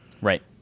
Right